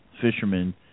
fishermen